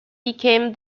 became